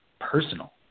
personal